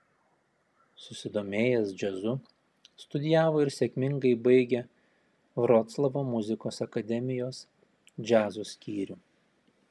susidomėjęs džiazu studijavo ir sėkmingai baigė vroclavo muzikos akademijos džiazo skyrių